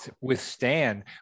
Withstand